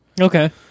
Okay